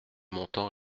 montant